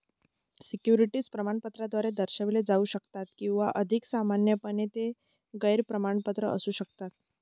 securities प्रमाणपत्राद्वारे दर्शविले जाऊ शकतात किंवा अधिक सामान्यपणे, ते गैर प्रमाणपत्र असू शकतात